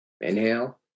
inhale